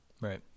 Right